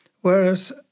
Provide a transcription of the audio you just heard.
whereas